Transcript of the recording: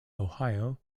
ohio